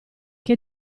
che